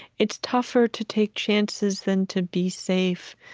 it's tougher to take chances than to be safe.